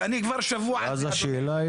ואז השאלה,